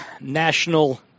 national